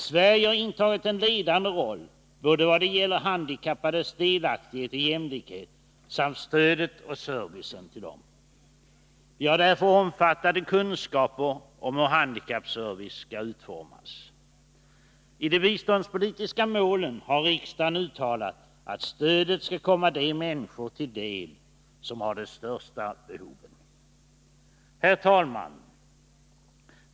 Sverige har intagit en ledande roll i vad det gäller handikappades delaktighet och jämlikhet samt stödet och servicen till dem. Vi har därför omfattande kunskaper om hur handikappservice skall utformas. I fråga om de biståndspolitiska målen har riksdagen uttalat att stödet skall komma de människor till del som har de största behoven. Herr talman!